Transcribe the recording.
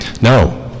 No